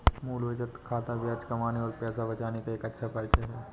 मूल बचत खाता ब्याज कमाने और पैसे बचाने का एक अच्छा परिचय है